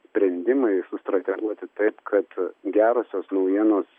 sprendimai sustrateguoti taip kad gerosios naujienos